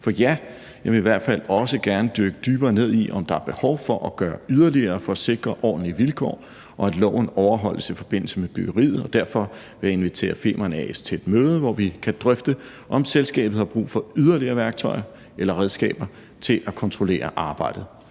for ja, jeg vil i hvert fald også gerne dykke dybere ned i, om der er behov for at gøre yderligere for at sikre ordentlige vilkår og sikre, at loven overholdes, i forbindelse med byggeriet. Derfor vil jeg invitere Femern A/S til et møde, hvor vi kan drøfte, om selskabet har brug for yderligere værktøjer eller redskaber til at kontrollere arbejdet.